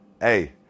hey